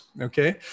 Okay